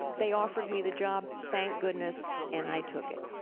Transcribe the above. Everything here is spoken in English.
they offered me the job thank goodness and i took it.